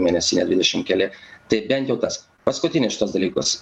mėnesinė dvidešim keli tai bent jau tas paskutinius šituos dalykus